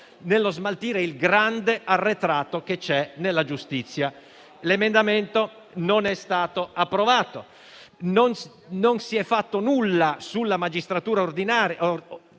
nello smaltimento del grande arretrato che c'è nella giustizia. L'emendamento non è stato approvato. Non si è fatto nulla sulla magistratura onoraria,